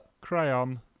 Crayon